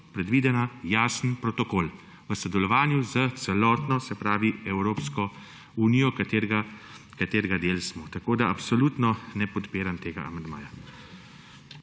predviden jasen protokol v sodelovanju s celotno, se pravi Evropsko unijo, katere del smo. Tako da absolutno ne podpiram tega amandmaja.